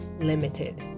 limited